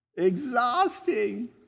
exhausting